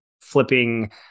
flipping